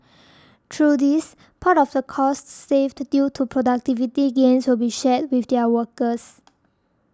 through this part of the costs saved due to productivity gains will be shared with their workers